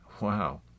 Wow